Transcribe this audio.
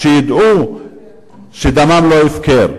שידעו שדמם אינו הפקר.